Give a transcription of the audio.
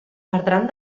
perdran